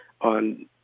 on